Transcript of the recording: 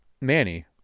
Manny